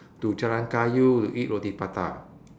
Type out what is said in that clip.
to jalan kayu to eat roti prata